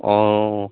अ